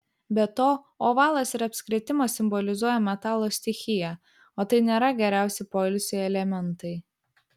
be to ovalas ir apskritimas simbolizuoja metalo stichiją o tai nėra geriausi poilsiui elementai